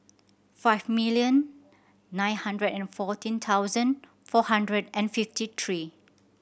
five million nine hundred and fourteen thousand four hundred and fifty three